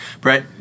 Brett